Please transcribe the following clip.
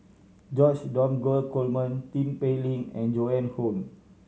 George Dromgold Coleman Tin Pei Ling and Joan Hon